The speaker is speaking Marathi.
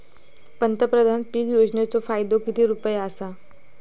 पंतप्रधान पीक योजनेचो फायदो किती रुपये आसा?